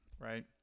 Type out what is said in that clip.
right